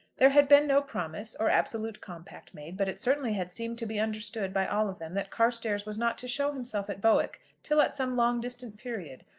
there had been no promise, or absolute compact made, but it certainly had seemed to be understood by all of them that carstairs was not to show himself at bowick till at some long distant period,